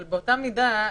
אבל באותה מידה,